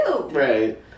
Right